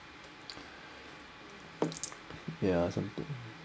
yeah something